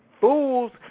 fools